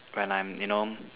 when I'm you know